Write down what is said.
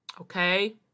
okay